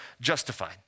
justified